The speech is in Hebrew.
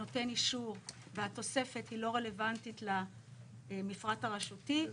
נותן אישור והתוספת היא לא רלוונטית למפרט הרשותי.